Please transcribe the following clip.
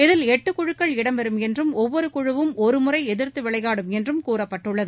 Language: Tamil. இதில் எட்டு குழுக்கள் இடம் பெறும் என்றும் ஒவ்வொரு குழுவும் ஒருமுறை எதிர்த்து விளையாடும் என்றும் கூறப்பட்டுள்ளது